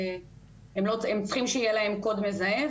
הם צריכים שיהיה להם קוד מזהה,